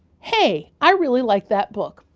hey, i really like that book!